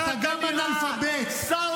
אתה קראת לראש ממשלה נבל,